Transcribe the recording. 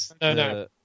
No